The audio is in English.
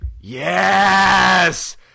Yes